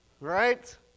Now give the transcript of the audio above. right